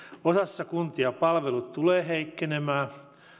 osassa kuntia palvelut tulevat heikkenemään